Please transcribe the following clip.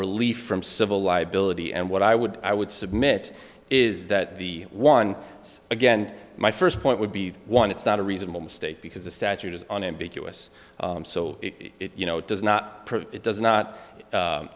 relief from civil liability and what i would i would submit is that the one again my first point would be one it's not a reasonable mistake because the statute is unambiguous so it you know it does not